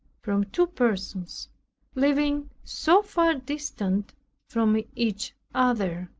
from two persons living so far distant from each other.